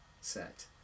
set